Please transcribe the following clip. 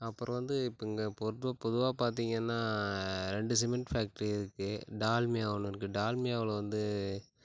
அப்புறம் வந்து இப்போ இங்கே பொதுவாக பார்த்திங்கன்னா ரெண்டு சிமெண்ட் ஃபேக்ட்ரி இருக்குது டால்மியா ஒன்று இருக்குது டால்மியாவில் வந்து